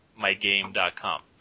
mygame.com